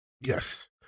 Yes